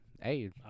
Hey